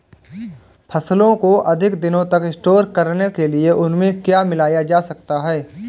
फसलों को अधिक दिनों तक स्टोर करने के लिए उनमें क्या मिलाया जा सकता है?